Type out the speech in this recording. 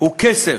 הוא כסף,